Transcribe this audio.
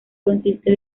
consiste